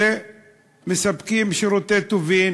שמספקים שירותי טובין,